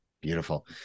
beautiful